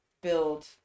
build